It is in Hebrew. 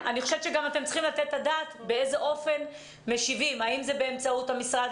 אתם גם צריכים לתת את הדעת באיזה אופן משיבים האם זה באמצעות המשרד,